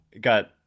got